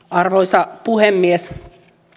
arvoisa puhemies